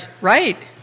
right